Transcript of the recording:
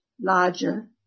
larger